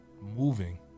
moving